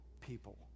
people